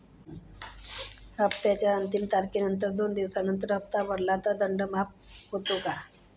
हप्त्याच्या अंतिम तारखेनंतर दोन दिवसानंतर हप्ता भरला तर दंड माफ होतो का?